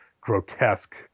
grotesque